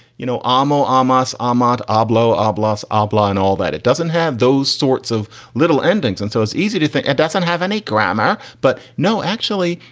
you know, almo, almos, ahmad, abelow, oblongs, oblon and all that. it doesn't have those sorts of little endings. and so it's easy to think it doesn't have any grammar. but no, actually,